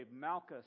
Malchus